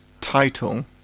title